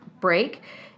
break